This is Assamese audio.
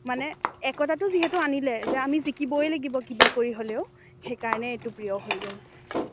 মানে একতাটো যিহেতু আনিলে যে আমি জিকিবই লাগিব কিবা কৰি হ'লেও সেইকাৰণে এইটো প্ৰিয় হৈ গ'ল